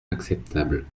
acceptable